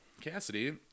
Cassidy